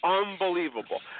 unbelievable